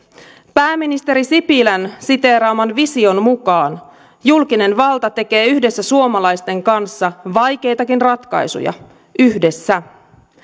pääministeri sipilän siteeraaman vision mukaan julkinen valta tekee yhdessä suomalaisten kanssa vaikeitakin ratkaisuja yhdessä